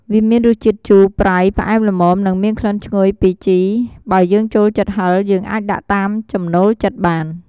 វាមានរសជាតិជូរ ប្រៃ ផ្អែមល្មម និងមានក្លិនឈ្ងុយពីជី បើយើងចូលចិត្តហឹរ យើងអាចដាក់តាមចំណូលចិត្តបាន។